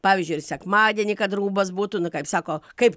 pavyzdžiui ir sekmadienį kad rūbas būtų nu kaip sako kaip